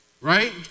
right